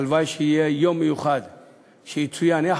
הלוואי שיהיה יום מיוחד שיצוין בו,